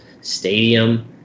stadium